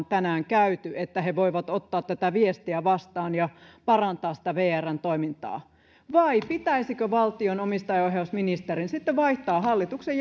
tänään käyneet jotta he voivat ottaa tätä viestiä vastaan ja parantaa sitä vrn toimintaa vai pitäisikö valtion omistajaohjausministerin sitten vaihtaa hallituksen